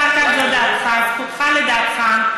זכותך לדעתך.